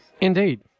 Indeed